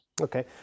Okay